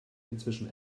inzwischen